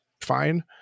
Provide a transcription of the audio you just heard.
fine